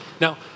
Now